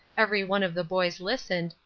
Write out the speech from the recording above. every one of the boys listened,